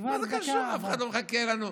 אף אחד לא מחכה לנו.